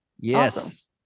Yes